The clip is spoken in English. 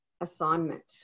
assignment